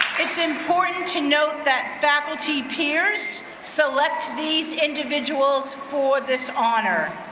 it's important to note that faculty peers select these individuals for this honor.